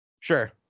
Sure